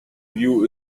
you